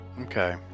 Okay